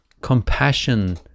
compassion